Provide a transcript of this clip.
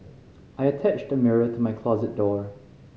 I attached the mirror to my closet door